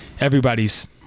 everybody's